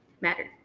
mattered